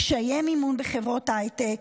קשיי מימון בחברות הייטק,